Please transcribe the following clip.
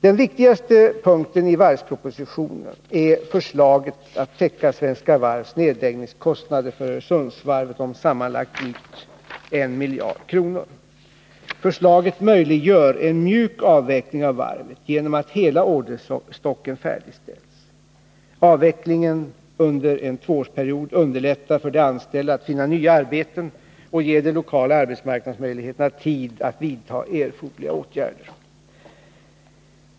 Den viktigaste punkten i varvspropositionen är förslaget att täcka Svenska Varvs nedläggningskostnader för Öresundsvarvet om sammanlagt drygt 1000 milj.kr. Förslaget möjliggör en mjuk avveckling av varvet genom att hela orderstocken färdigställs. Avvecklingen under en tvåårsperiod underlättar för de anställda att finna nya arbeten och ge de lokala arbetsmarknadsmyndigheterna tid att vidta erforderliga åtgärder.